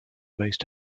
most